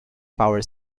power